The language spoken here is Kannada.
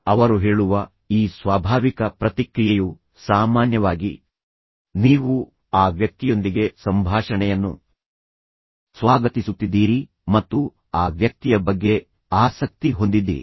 ಅವರು ಹೇಳುವ ಈ ಸ್ವಾಭಾವಿಕ ಪ್ರತಿಕ್ರಿಯೆಯು ಸಾಮಾನ್ಯವಾಗಿ ನೀವು ಆ ವ್ಯಕ್ತಿಯೊಂದಿಗೆ ಸಂಭಾಷಣೆಯನ್ನು ಸ್ವಾಗತಿಸುತ್ತಿದ್ದೀರಿ ಮತ್ತು ಆ ವ್ಯಕ್ತಿಯ ಬಗ್ಗೆ ಆಸಕ್ತಿ ಹೊಂದಿದ್ದೀರಿ